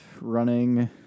running